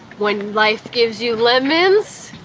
when life gives you lemons,